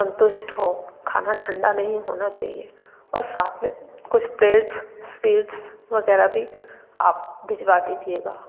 संतुष्ट हों खाना ठंढा नहीं होना चाहिए और साथ में कुछ प्लेट्स स्वीट्स वग़ैरह भी आप भिजवा दीजिएगा